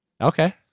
Okay